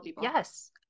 Yes